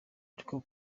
ariko